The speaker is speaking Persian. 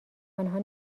آنها